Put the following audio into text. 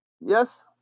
Yes